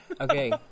Okay